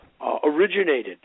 originated